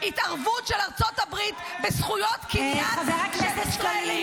התערבות של ארצות הברית בזכויות קניין של ישראלים.